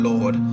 Lord